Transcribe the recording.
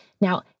Now